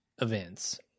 events